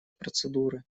процедуры